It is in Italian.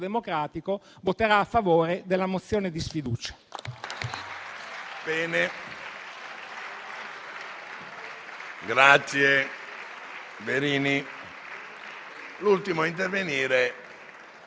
Democratico voterà a favore della mozione di sfiducia.